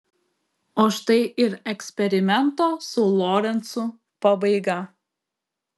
o štai ir eksperimento su lorencu pabaiga